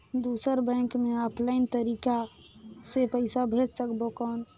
दुसर बैंक मे ऑफलाइन तरीका से पइसा भेज सकबो कौन?